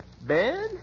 Ben